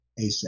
ASAP